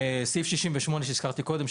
סעיף 68 שהזכרתי קודם,